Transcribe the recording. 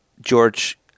George